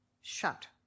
shut